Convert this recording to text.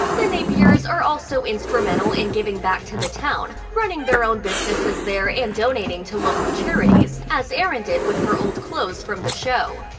the napiers are also instrumental in giving back to the town, running their own businesses there and donating to local charities, as erin did with her old clothes from the show.